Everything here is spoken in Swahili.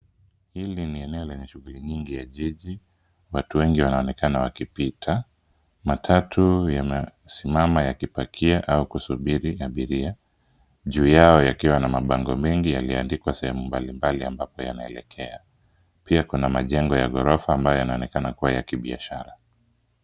Hili ni eneo lenye shughuli nyingi ya jiji. Watu wengi wanaonekana wakipita. Matatu inasimama yakipakia au kusubiri abiria. Juu yao yakiwa na mabango mengi yaliyoandikwa sehemu mbalimbali ambapo yanaelekea. Pia kuna majengo ya ghorofa ambayo yanaonekana kuwa ya kibiashara.